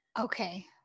Okay